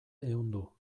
ehundu